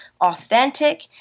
authentic